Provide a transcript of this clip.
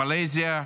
מלזיה,